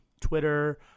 twitter